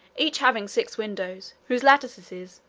each having six windows, whose lattices,